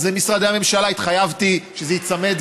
למשרדי הממשלה התחייבתי שזה ייצמד,